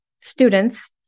students